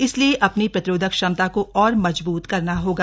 इसलिए अपनी प्रतिरोधक क्षमता को और मजबूत करना होगा